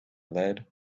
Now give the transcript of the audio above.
lead